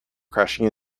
crashing